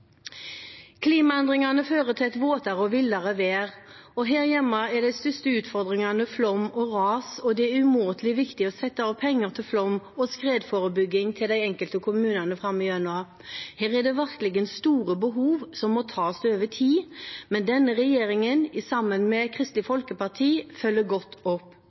Klimaendringene fører til et våtere og villere vær, og her hjemme er de største utfordringene flom og ras, og det er umåtelig viktig å sette av penger til flom- og skredforebygging til de enkelte kommunene framover. Her er det virkelig store behov, som må tas over tid, men denne regjeringen, sammen med Kristelig Folkeparti, følger godt opp.